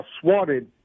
swatted